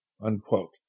Unquote